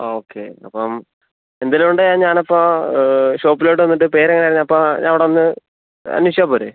okay അപ്പം എന്തേലും ഉണ്ടെങ്കിൽ ഞാനപ്പോൾ ഷോപ്പിലോട്ട് വന്നിട്ട് പേരെങ്ങനെയായിരുന്നു അപ്പോൾ ഞാനവിടെ വന്ന് അന്വേഷിച്ചാൽ പോരെ